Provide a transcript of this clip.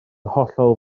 hollol